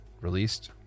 released